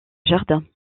jardin